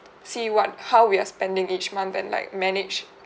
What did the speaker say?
see what how we are spending each month and like manage